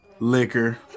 Liquor